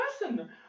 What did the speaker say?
person